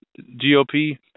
GOP